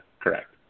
correct